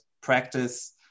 practice